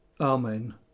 Amen